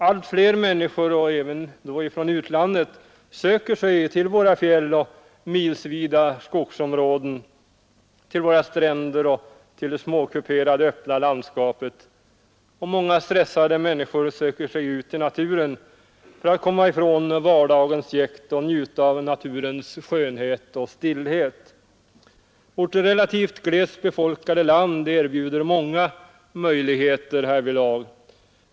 Allt flera människor — även från utlandet — söker sig till våra fjäll och milsvida skogsområden, till våra stränder och till det småkuperade öppna landskapet. Många stressade människor söker sig ut till naturen för att komma från vardagens jäkt och få njuta av naturens skönhet och stillhet. Vårt relativt glest befolkade land erbjuder många möjligheter härvidlag.